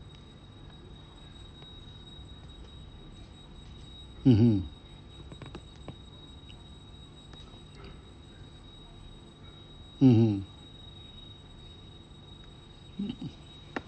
mmhmm mmhmm mm mm